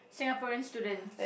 Singaporean students